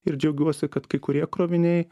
ir džiaugiuosi kad kai kurie kroviniai